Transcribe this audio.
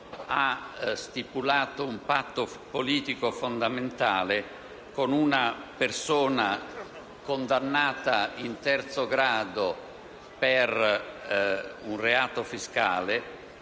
ha stipulato un patto politico fondamentale con una persona condannata in terzo grado per un reato fiscale